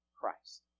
Christ